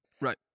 right